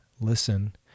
listen